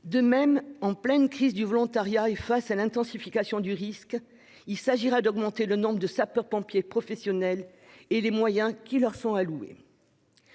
De même, en pleine crise du volontariat et face à l'intensification du risque, il s'agira d'augmenter le nombre de sapeurs-pompiers professionnels et les moyens qui leur sont alloués.